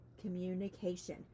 communication